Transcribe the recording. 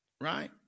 Right